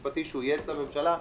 זו המסקנה שאני יוצאת מהדיון הזה.